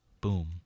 Boom